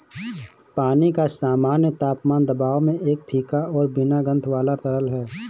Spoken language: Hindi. पानी का सामान्य तापमान दबाव में एक फीका और बिना गंध वाला तरल है